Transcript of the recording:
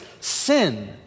sin